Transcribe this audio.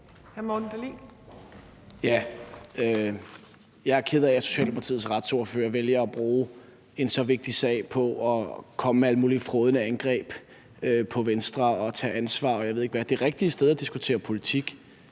Jeg er ked af, at Socialdemokratiets retsordfører vælger at bruge en så vigtig sag på at komme med alle mulige frådende angreb på Venstre og tale om at tage ansvar, og jeg ved ikke hvad. Det rigtige sted at diskutere politik